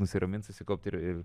nusiramint susikaupt ir ir